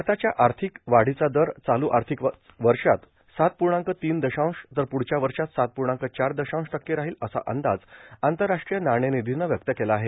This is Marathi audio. भारताच्या आर्थिक वाढीचा दर चालू आर्थिक वर्षात सात पूर्णांक तीन दशांश तर पुढच्या वर्षात सात पूर्णांक चार दशांश टक्के राहिल असा अंदाज आंतरराष्ट्रीय नाणेनिधीनं व्यक्त केला आहे